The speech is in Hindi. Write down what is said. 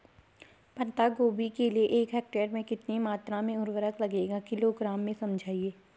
पत्ता गोभी के लिए एक हेक्टेयर में कितनी मात्रा में उर्वरक लगेगा किलोग्राम में समझाइए?